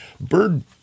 bird